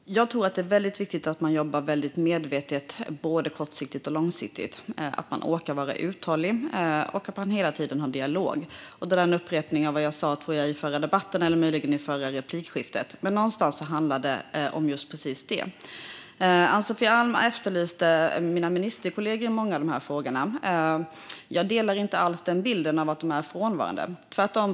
Fru talman! Jag tror att det är väldigt viktigt att man jobbar medvetet både kortsiktigt och långsiktigt, att man orkar vara uthållig och att man hela tiden för dialog. Det är en upprepning av vad jag sa i förra debatten eller möjligen i mitt förra anförande. Men någonstans handlar det om just det. Ann-Sofie Alm efterlyste mina ministerkollegor i många av de här frågorna. Jag delar inte alls bilden att de är frånvarande, tvärtom.